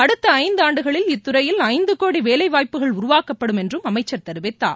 அடுத்த ஐந்தாண்டுகளில் இத்துறையில் ஐந்து கோடி வேலைவாய்ப்புக்கள் உருவாக்கப்படும் என்றும் அமைச்சர் தெரிவித்தார்